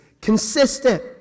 consistent